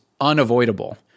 unavoidable